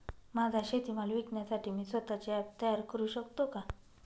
माझा शेतीमाल विकण्यासाठी मी स्वत:चे ॲप तयार करु शकतो का?